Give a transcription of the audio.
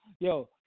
Yo